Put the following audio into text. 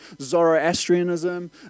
Zoroastrianism